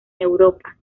europa